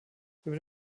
über